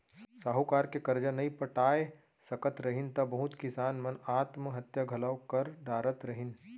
साहूकार के करजा नइ पटाय सकत रहिन त बहुत किसान मन आत्म हत्या घलौ कर डारत रहिन